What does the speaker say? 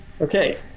Okay